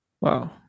Wow